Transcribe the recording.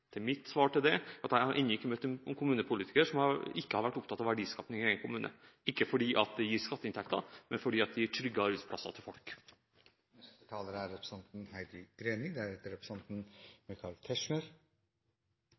Mitt svar til det er at jeg har enda ikke møtt en kommunepolitiker som ikke har vært opptatt av verdiskaping i sin egen kommune – ikke fordi det gir skatteinntekter, men fordi det gir trygge arbeidsplasser til